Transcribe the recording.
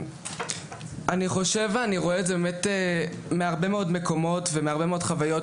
אני רואה את זה בהרבה מאוד מקומות ומהרבה מאוד חוויות,